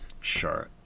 Sure